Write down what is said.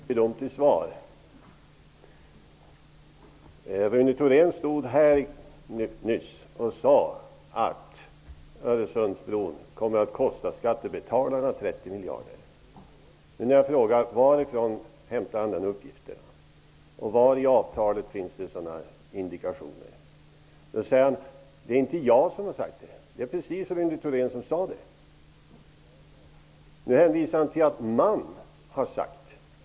Herr talman! Det var inte mycket till svar. Rune Thorén stod här nyss och sade att Öresundsbron kommer att kosta skattebetalarna 30 miljarder. När jag frågar varifrån han hämtar den uppgiften och var i avtalet det finns sådana indikationer säger han: Det är inte jag som har sagt det. Det var precis vad Rune Thorén sade. Nu hänvisar han till att ''man'' sagt detta.